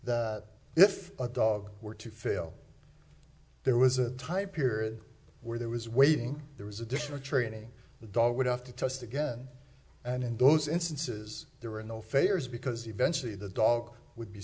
if a dog were to fail there was a tie period where there was waiting there was additional training the dog would have to test again and in those instances there were no failures because eventually the dog would be